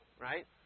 right